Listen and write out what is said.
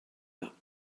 pas